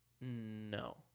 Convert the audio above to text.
No